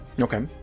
Okay